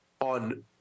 on